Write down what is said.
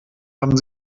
haben